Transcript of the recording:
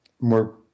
more